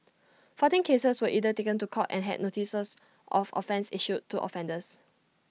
fourteen cases were either taken to court and had notices of offence issued to offenders